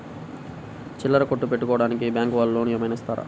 చిల్లర కొట్టు పెట్టుకోడానికి బ్యాంకు వాళ్ళు లోన్ ఏమైనా ఇస్తారా?